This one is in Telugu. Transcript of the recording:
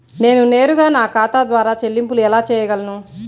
నేను నేరుగా నా ఖాతా ద్వారా చెల్లింపులు ఎలా చేయగలను?